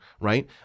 right